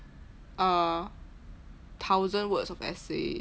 uh thousand words of essay